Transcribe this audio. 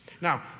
Now